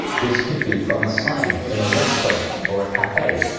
this could be from a sign in a restaurant or cafe.